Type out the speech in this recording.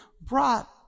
brought